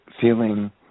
feeling